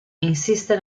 insiste